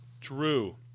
True